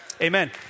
amen